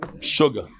Sugar